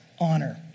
honor